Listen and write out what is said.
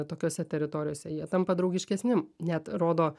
tokiose teritorijose jie tampa draugiškesni net rodo